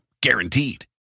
Guaranteed